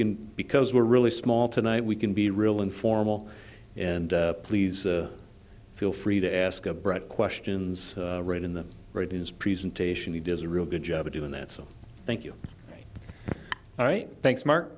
can because we're really small tonight we can be real informal and please feel free to ask a broad questions right in the right in his presentation he does a real good job of doing that so thank you all right thanks mar